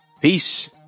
Peace